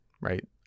right